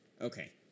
Okay